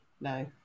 No